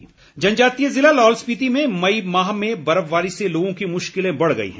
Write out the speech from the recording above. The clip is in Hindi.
बर्फबारी जनजातीय ज़िला लाहौल स्पीति में मई माह में बर्फबारी से लोगों की मुश्किलें बढ़ गई हैं